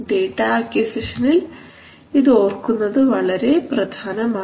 data അക്വിസിഷനിൽ ഇത് ഓർക്കുന്നത് വളരെ പ്രധാനമാണ്